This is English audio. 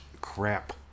crap